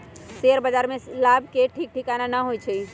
share बाजार में लाभ के ठीक ठिकाना न होइ छइ